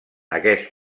aquest